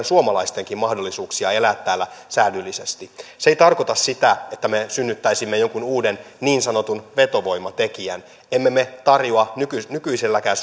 suomalaistenkin mahdollisuuksia elää täällä säädyllisesti se ei tarkoita sitä että me synnyttäisimme jonkun uuden niin sanotun vetovoimatekijän emme me me tarjoa nykyiselläänkään